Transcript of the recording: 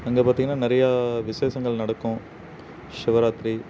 அங்கே பார்த்தீங்கன்னா நிறையா விசேஷங்கள் நடக்கும் சிவராத்திரி